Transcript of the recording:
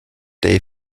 dave